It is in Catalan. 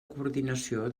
coordinació